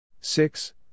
Six